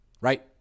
right